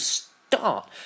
start